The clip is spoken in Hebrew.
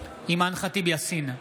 אימאן ח'טיב יאסין,